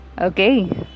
okay